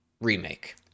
remake